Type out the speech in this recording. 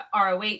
ROH